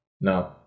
No